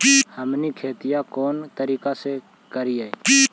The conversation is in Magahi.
हमनी खेतीया कोन तरीका से करीय?